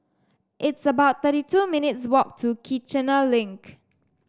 it's about thirty two minutes' walk to Kiichener Link